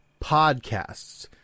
podcasts